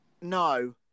No